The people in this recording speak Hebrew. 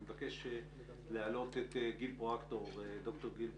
אני מבקש להעלות את ד"ר גיל פרואקטור,